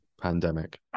Pandemic